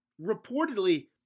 reportedly